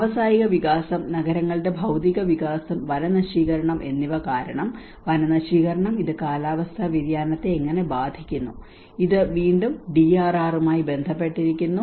വ്യാവസായിക വികാസം നഗരങ്ങളുടെ ഭൌതിക വികാസം വനനശീകരണം എന്നിവ കാരണം വനനശീകരണം കാലാവസ്ഥാ വ്യതിയാനത്തെ എങ്ങനെ ബാധിക്കുന്നു ഇത് വീണ്ടും ഡിആർആറുമായി ബന്ധപ്പെട്ടിരിക്കുന്നു